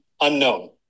unknown